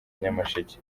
nyamasheke